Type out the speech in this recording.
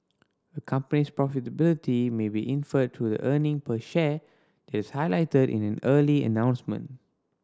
a company's profitability may be inferred through the earning per share is highlighted in an earning announcement